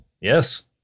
Yes